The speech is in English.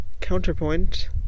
Counterpoint